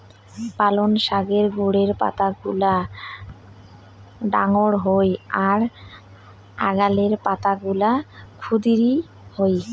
পালঙ শাকের গোড়ের পাতাগুলা ডাঙর হই আর আগালের পাতাগুলা ক্ষুদিরী হয়